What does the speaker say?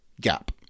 gap